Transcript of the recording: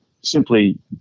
simply